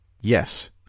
Yes